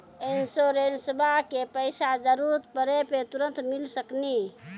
इंश्योरेंसबा के पैसा जरूरत पड़े पे तुरंत मिल सकनी?